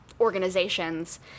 organizations